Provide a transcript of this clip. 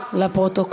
ביטן,